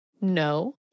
no